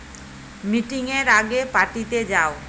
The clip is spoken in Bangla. মিটিংয়ের আগে পার্টিতে যাও